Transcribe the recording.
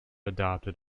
adopted